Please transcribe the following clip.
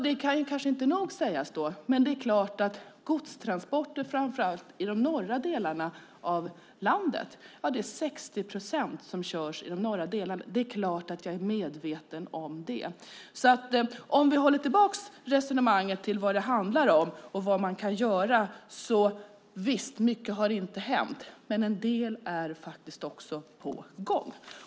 Det kan inte nog sägas, men det är klart jag är medveten om att 60 procent av godstransporterna körs i de norra delarna av landet. Om vi för tillbaka resonemanget till vad det handlar om och vad man kan göra, så visst, det är mycket som inte har hänt, men en del är faktiskt också på gång.